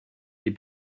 les